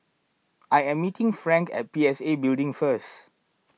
I am meeting Frank at P S A Building first